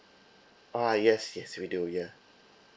ah yes yes we do yeah